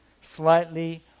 Slightly